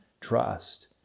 trust